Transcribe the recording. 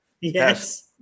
Yes